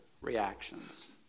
reactions